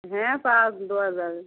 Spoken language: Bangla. হ্যাঁ পা দেওয়া যাবে